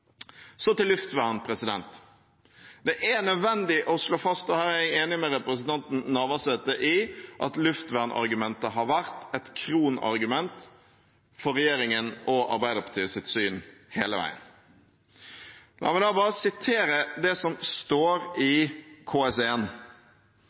Så til luftvern: Det er nødvendig å slå fast – og her er jeg enig med representanten Navarsete – at luftvernargumentet har vært et kronargument for regjeringens og Arbeiderpartiets syn hele veien. La meg sitere det som står i